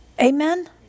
Amen